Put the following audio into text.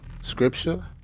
scripture